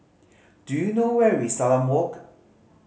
do you know where is Salam Walk